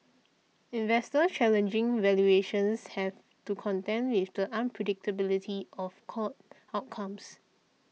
investors challenging valuations have to contend with the unpredictability of court outcomes